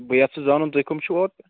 بہٕ یَژھٕ زانُن تُہۍ کٔم چھِو اورٕ